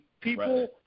people